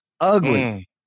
ugly